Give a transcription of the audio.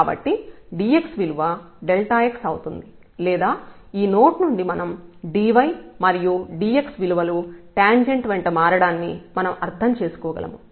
కాబట్టి dx విలువ x అవుతుంది లేదా ఈ నోట్ నుండి మనం dy మరియు dx విలువలు టాంజెంట్ వెంట మారడాన్ని మనం అర్థం చేసుకోగలం